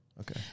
okay